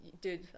Dude